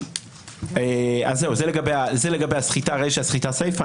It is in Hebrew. זה לגבי הסחיטה רישה, סחיטה סיפה.